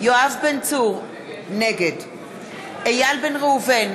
יואב בן צור, נגד איל בן ראובן,